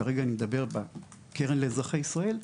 כרגע אני מדבר בקרן לאזרחי ישראל,